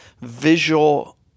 visual